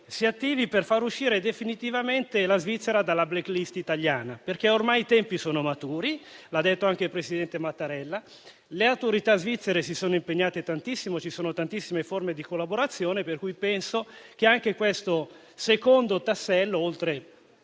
ad attivarsi per far uscire definitivamente la Svizzera dalla *black list* italiana, perché ormai i tempi sono maturi, come ha detto anche il presidente della Repubblica Mattarella. Le autorità svizzere si sono impegnate tantissimo e ci sono tantissime forme di collaborazione, per cui penso che anche questo secondo tassello, oltre